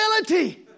ability